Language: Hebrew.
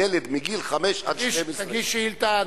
ילד מגיל חמש עד 12. תגיש שאילתא.